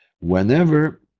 Whenever